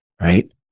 Right